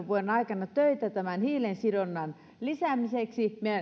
vuoden aikana töitä tämän hiilensidonnan lisäämiseksi